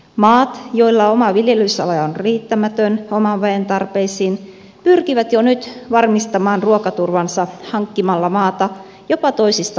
maat joilla oma viljelysala on riittämätön oman väen tarpeisiin pyrkivät jo nyt varmistamaan ruokaturvansa hankkimalla maata jopa toisista maanosista